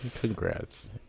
Congrats